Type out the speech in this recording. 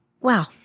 Wow